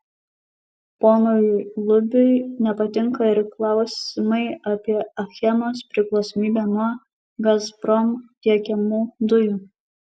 ponui lubiui nepatinka ir klausimai apie achemos priklausomybę nuo gazprom tiekiamų dujų